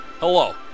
Hello